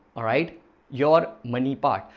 alright your money part.